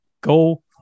Go